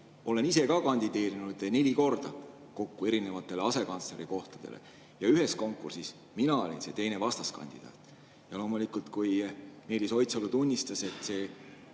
olen ise ka kandideerinud kokku neli korda erinevatele asekantsleri kohtadele ja ühes konkursis mina olin see teine vastaskandidaat. Ja loomulikult, kui Meelis Oidsalu tunnistas, et ta